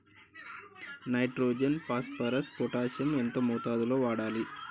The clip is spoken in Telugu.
నైట్రోజన్ ఫాస్ఫరస్ పొటాషియం ఎంత మోతాదు లో వాడాలి?